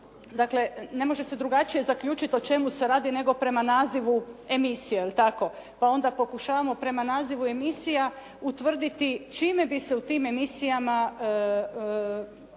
Dakle, ne može se drugačije zaključiti o čemu se radi, nego prema nazivu emisije je li tako, pa onda pokušavamo prema nazivu emisija utvrditi čime bi se u tim emisijama mogli